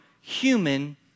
human